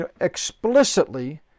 explicitly